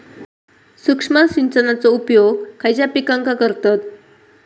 सूक्ष्म सिंचनाचो उपयोग खयच्या पिकांका करतत?